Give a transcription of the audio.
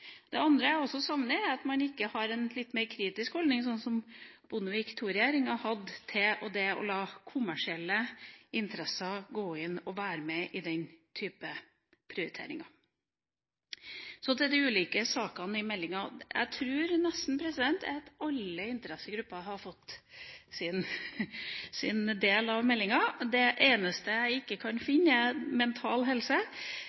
Det andre jeg også savner, er at man ikke har en litt mer kritisk holdning, slik Bondevik II-regjeringa hadde, til det å la kommersielle interesser gå inn og være med i den type prioriteringer. Så til de ulike sakene i meldinga. Jeg tror at nesten alle interessegrupper har fått sin del av meldinga. Det eneste jeg ikke kan finne, er mental helse,